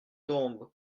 tombe